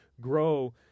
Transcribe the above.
grow